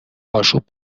آشوب